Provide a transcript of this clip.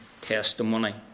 testimony